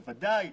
בוודאי,